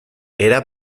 era